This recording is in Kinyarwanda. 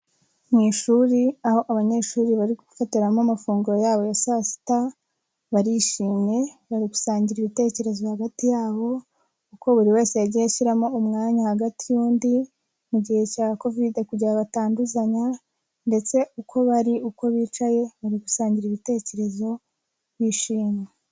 Mu ishuri aho abanyeshuri bari gufatiramo amafunguro yabo ya saa sita, barishimye bari gusangira ibitekerezo hagati yabo, kuko buri wese yagiye ashyiramo umwanya hagati ye'undi ni igihe cya covide kugira batanduzanya, ndetse uko bari uko bicaye bari gusangira ibitekerezo bishimye.